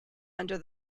under